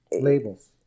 labels